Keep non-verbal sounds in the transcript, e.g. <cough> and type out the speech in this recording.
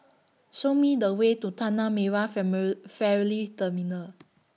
Show Me The Way to Tanah Merah <unintelligible> Terminal